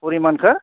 परिमानखो